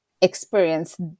experience